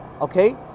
Okay